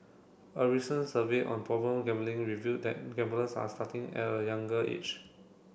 a recent survey on problem gambling revealed that gamblers are starting at a younger age